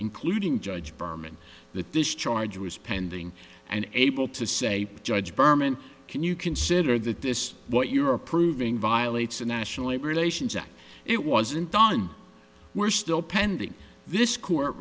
including judge berman that this charge was pending and able to say judge berman can you consider that this what you're approving violates the national labor relations act it wasn't done were still pending this court